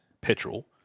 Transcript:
petrol